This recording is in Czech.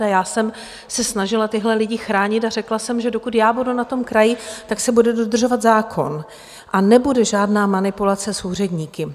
A já jsem se snažila tyhle lidi chránit a řekla jsem, že dokud já budu na kraji, tak se bude dodržovat zákon a nebude žádná manipulace s úředníky.